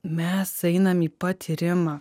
mes einam į patyrimą